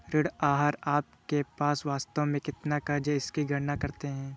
ऋण आहार आपके पास वास्तव में कितना क़र्ज़ है इसकी गणना करते है